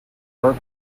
work